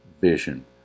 vision